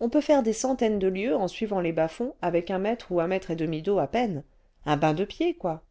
on peut faire des centaines cle lieues en suivant les bas-fonds avec un mètre ou un mètre et demi d'eau à peine un bain de pieds quoi